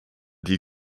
die